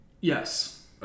Yes